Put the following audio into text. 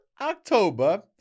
October